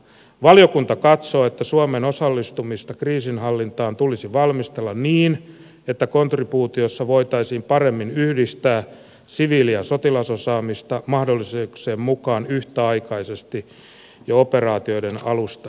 valiokunta katsoo että suomen osallistumista kriisinhallintaan tulisi valmistella niin että kontribuutiossa voitaisiin paremmin yhdistää siviili ja sotilasosaamista mahdollisuuksien mukaan yhtäaikaisesti jo operaatioiden alusta saakka